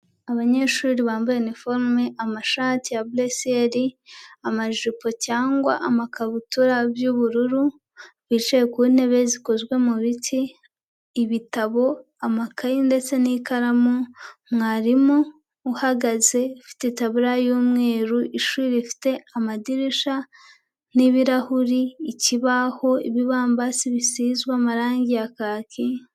abanyeshuri bambaye iniforume amashati ya buresiyeri, amajipo cyangwa amakabutura y'ubururu, bicaye ku ntebe zikozwe mu biti, ibitabo, amakayi ndetse n'ikaramu, mwarimu uhagaze ufite itaburiya y'umweru, ishuri rifite amadirisha n'ibirahuri, ikibaho, ibibambasi bisizwa amarangi ya kaki.